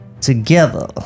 Together